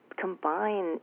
combine